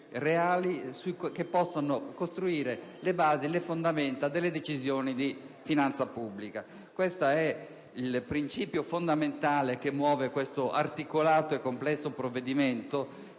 reali che possano costituire le basi, le fondamenta delle decisioni di finanza pubblica. Questo è il principio fondamentale che muove l'articolato e complesso provvedimento